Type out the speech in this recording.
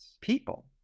people